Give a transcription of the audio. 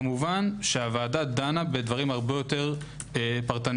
כמובן הוועדה דנה בדברים הרבה יותר פרטניים,